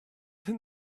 think